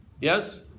yes